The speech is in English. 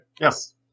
yes